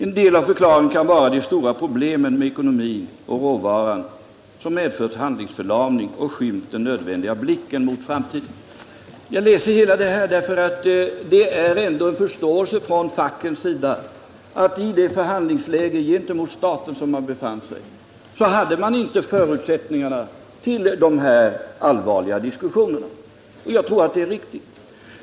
En del av förklaringen kan vara de stora problemen med ekonomin och råvaran/skog, som medfört handlingsförlamning och skymt den nödvändiga blicken mot framtiden.” Jag har läst upp detta därför att det ändå finns en förståelse från fackens sida för att man i det förhandlingsläge gentemot staten, där man befann sig, inte hade förutsättningarna för dessa allvarliga diskussioner. Jag tror att det är riktigt.